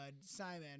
Simon